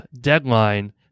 deadline